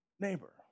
neighbor